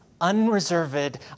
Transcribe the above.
unreserved